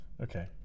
Okay